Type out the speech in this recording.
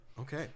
Okay